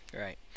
Right